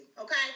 okay